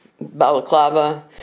balaclava